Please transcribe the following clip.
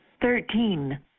Thirteen